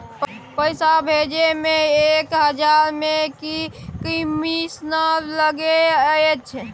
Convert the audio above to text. पैसा भैजे मे एक हजार मे की कमिसन लगे अएछ?